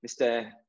Mr